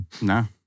no